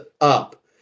up